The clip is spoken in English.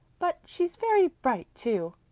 but she's very bright too.